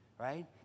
right